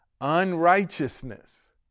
Unrighteousness